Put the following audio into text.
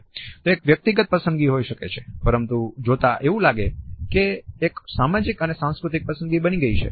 તે એક વ્યક્તિગત પસંદગી હોઈ શકે છે પરંતુ જોતા એવું લાગે છે કે તે એક સામાજિક અને સાંસ્કૃતિક પસંદગી બની ગઈ છે